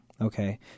okay